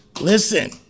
listen